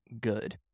good